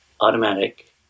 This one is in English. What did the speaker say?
automatic